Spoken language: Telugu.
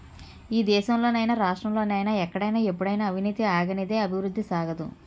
ఈ దేశంలో నైనా రాష్ట్రంలో నైనా ఎక్కడైనా ఎప్పుడైనా అవినీతి ఆగనిదే అభివృద్ధి సాగదు